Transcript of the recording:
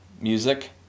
music